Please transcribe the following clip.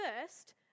first